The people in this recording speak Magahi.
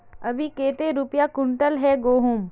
अभी कते रुपया कुंटल है गहुम?